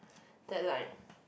that like